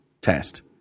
test